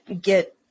get